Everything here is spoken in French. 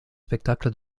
spectacles